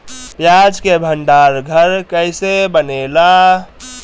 प्याज के भंडार घर कईसे बनेला?